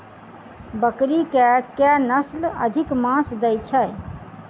बकरी केँ के नस्ल अधिक मांस दैय छैय?